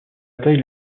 bataille